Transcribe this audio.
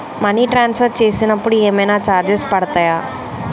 Money transfer చేసినప్పుడు ఏమైనా charges పడతయా?